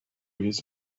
his